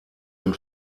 den